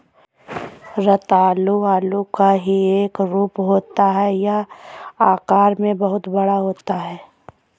रतालू आलू का ही एक रूप होता है यह आकार में बहुत बड़ा होता है